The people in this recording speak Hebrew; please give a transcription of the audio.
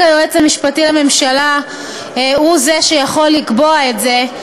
היועץ המשפטי לממשלה הוא זה שיכול לקבוע את זה.